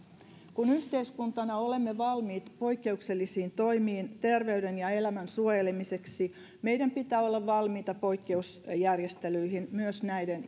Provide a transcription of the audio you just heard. kun yhteiskuntana olemme valmiit poikkeuksellisiin toimiin terveyden ja elämän suojelemiseksi meidän pitää olla valmiita poikkeusjärjestelyihin myös näiden